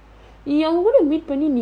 பண்ணிநீ:panni nee